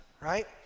right